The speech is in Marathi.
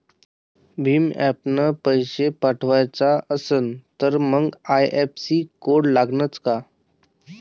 भीम ॲपनं पैसे पाठवायचा असन तर मंग आय.एफ.एस.सी कोड लागनच काय?